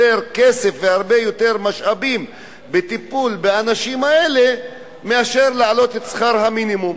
כסף והרבה יותר משאבים בטיפול באנשים האלה מאשר בהעלאת שכר המינימום.